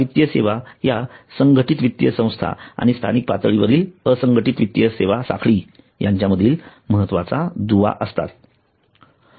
या वित्तीय सेवा ह्या संघटित वित्तीय संस्था आणि स्थानिक पातळीवरील असंघठीत वित्तीय सेवा साखळी यांच्यातील महत्त्वाचा दुवा असतात